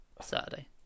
Saturday